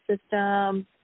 system